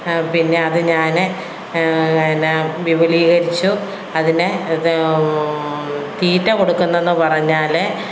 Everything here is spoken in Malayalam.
പിന്നെ അതു ഞാൻ പിന്നെ വിപുലീകരിച്ചു അതിന് തീറ്റ കൊടുക്കുന്നുവെന്നു പറഞ്ഞാൽ